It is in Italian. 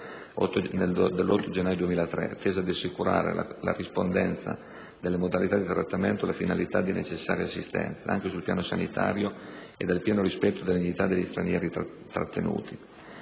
dell'8 gennaio 2003, tese ad assicurare la rispondenza delle modalità di trattenimento alle finalità di necessaria assistenza, anche sul piano sanitario, ed al pieno rispetto della dignità degli stranieri trattenuti.